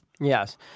Yes